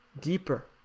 deeper